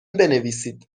بنویسید